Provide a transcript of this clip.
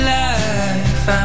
life